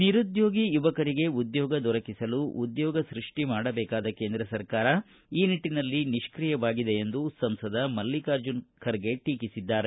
ನಿರುದ್ಯೋಗಿ ಯುವಕರಿಗೆ ಉದ್ಯೋಗ ದೊರಕಿಸಲು ಉದ್ಯೋಗ ಸ್ಕಷ್ಟಿ ಮಾಡಬೇಕಾದ ಕೇಂದ್ರ ಸರ್ಕಾರ ಈ ನಿಟ್ಟನಲ್ಲಿ ನಿಷ್ಣಿಯವಾಗಿದೆ ಎಂದು ಸಂಸದ ಮಲ್ಲಿಕಾರ್ಜುನ ಖರ್ಗೆ ಟೀಕಿಸಿದ್ದಾರೆ